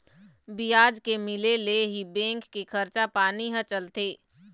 बियाज के मिले ले ही बेंक के खरचा पानी ह चलथे